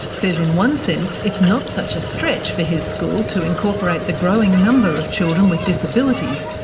says in one sense it's not such a stretch for his school to incorporate the growing number of children with disabilities,